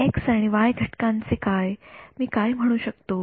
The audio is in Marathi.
एक्सआणि वाई घटकांचे काय मी काय म्हणू शकतो